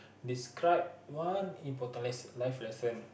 describe one important less life lesson